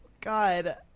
god